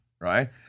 right